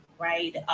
right